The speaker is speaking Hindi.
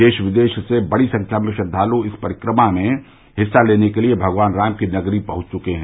देश विदेश से बड़ी संख्या में श्रद्दालु इस परिक्रमा में हिस्सा लेने के लिए भगवान राम की नगरी पहुंच चुके हैं